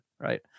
Right